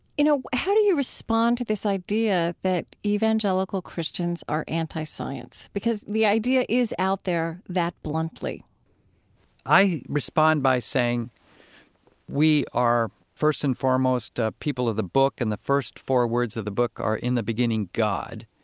you know, how do you respond to this idea that evangelical christians are anti-science? because the idea is out there that bluntly i respond by saying we are, first and foremost, a people of the book, and the first four words of the book are in the beginning, god,